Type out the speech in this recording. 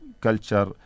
culture